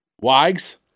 Wags